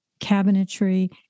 cabinetry